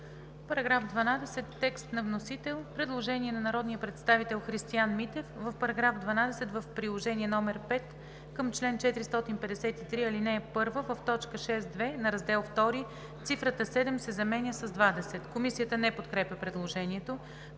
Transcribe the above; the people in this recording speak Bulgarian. Параграф 12 – текст на вносителя. Предложение на народния представител Христиан Митев: „В § 12 в Приложение № 5 към чл. 453, ал. 1, в т. 6.2 на Раздел II цифрата „7“ се заменя с „20“.“ Комисията не подкрепя предложението.